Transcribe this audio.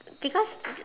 because